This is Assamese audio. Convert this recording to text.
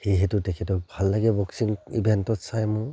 সেইহেতু তেখেতক ভাল লাগে বক্সিং ইভেণ্টত চাই মোৰ